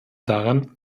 daran